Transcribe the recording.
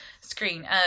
screen